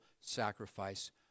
sacrifice